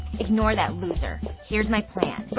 ignore that loser. here's my plan. but